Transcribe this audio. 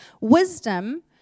Wisdom